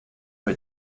fue